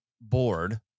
board